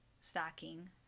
stocking